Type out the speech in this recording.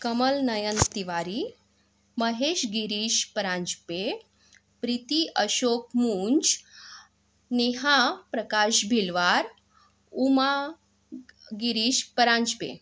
Kamal Nayan Tiwari Mahesh Girish Paranjape Preeti Ashok Munj Neha Prakash Bhilwar Uma Girish Paranjpe